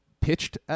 pitched